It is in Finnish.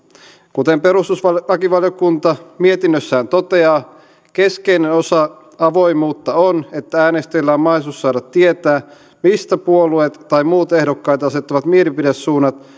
kuten perustuslakivaliokunta mietinnössään toteaa keskeinen osa avoimuutta on että äänestäjillä on mahdollisuus saada tietää mistä puolueet tai muut ehdokkaita asettavat mielipidesuunnat